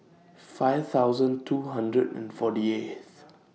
five thousand two hundred and forty eighth